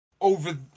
over